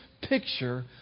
picture